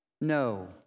no